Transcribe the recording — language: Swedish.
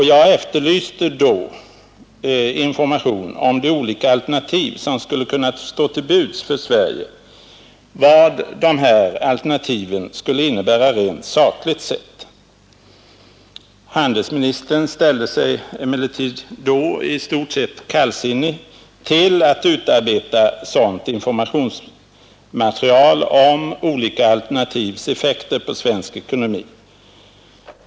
Jag efterlyste då information om de olika alternativ som skulle kunna stå till buds för Sverige, vad dessa alternativ skulle innebära rent sakligt sett. Handelsministern ställde sig emellertid då kallsinnig till att utarbeta sådant informationsmaterial om olika alternativs effekter på svensk ekonomi.